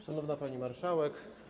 Szanowna Pani Marszałek!